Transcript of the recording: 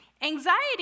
Anxiety